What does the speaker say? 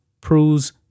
proves